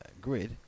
grid